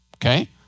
Okay